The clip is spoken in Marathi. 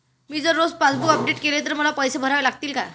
मी जर रोज पासबूक अपडेट केले तर मला पैसे भरावे लागतील का?